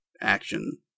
action